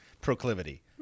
proclivity